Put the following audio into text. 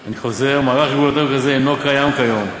אני חוזר: מערך רגולטורי כזה אינו קיים כיום.